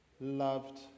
loved